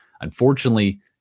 unfortunately